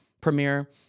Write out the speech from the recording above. premiere